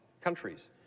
countries